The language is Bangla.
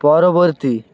পরবর্তী